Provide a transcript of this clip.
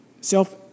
Self